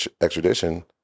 extradition